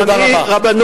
תודה רבה.